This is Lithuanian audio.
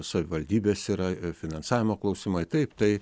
savivaldybės yra finansavimo klausimai taip tai